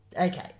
Okay